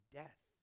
death